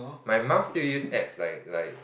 my mum still use apps like like